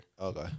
Okay